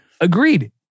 Agreed